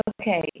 okay